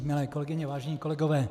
Milé kolegyně, vážení kolegové.